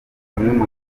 amazina